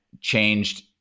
changed